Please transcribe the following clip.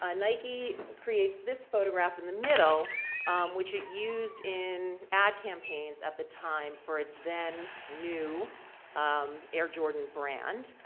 ah nike creates this photograph in the middle which it used in ad campaigns at the time for its then new air jordan brand.